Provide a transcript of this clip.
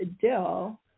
Dill